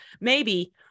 maybe-